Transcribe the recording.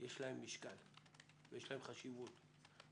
היתה משאירה את כל הסעיפים המקצועיים,